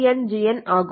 HN GN ஆகும்